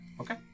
Okay